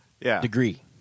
degree